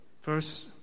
first